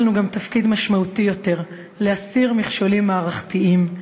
יש לנו גם תפקיד משמעותי יותר: להסיר מכשולים מערכתיים.